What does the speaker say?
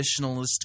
traditionalist